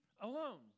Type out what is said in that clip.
alone